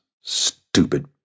Stupid